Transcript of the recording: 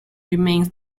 remains